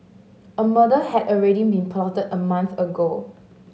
a murder had already been plotted a month ago